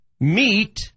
meet